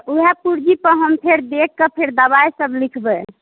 वएह पुरजीपर हम फेर देखिके फेर दवाइसब लिखबै